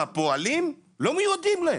והפועלים לא מודעים אליהם,